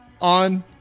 on